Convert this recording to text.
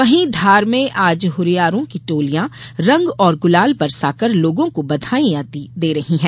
वहीं धार में आज हरियारों की टोलियां रंग और गुलाल बरसा कर लोगों को बधाईयां दी जा रही है